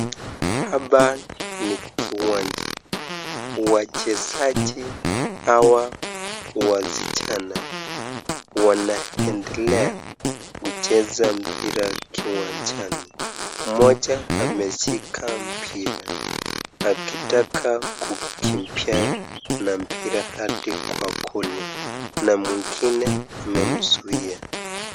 Hapa ni kiwanja. Wachezaji hawa wasichana wanaendelea kucheza mpira kiwanjani. Mmoja ameshika mpira akitaka kukimbia na mpira hadi kwa goli na mwingine amemzuia.